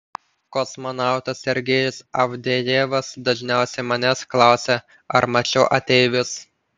kosmonautas sergejus avdejevas dažniausiai manęs klausia ar mačiau ateivius